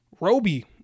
Roby